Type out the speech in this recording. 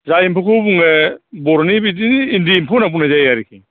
जाय एम्फौखौ बुङो बर'नि बिदिनो इन्दि एम्फौ होननानै बुंनाय जायो आरोखि